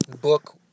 book